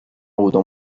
avuto